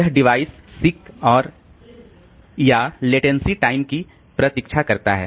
यह device seek और या लेटेंसी टाइम की प्रतीक्षा करता है